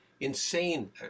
insane